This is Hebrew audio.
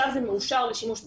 עכשיו זה מאושר לשימוש בישראל.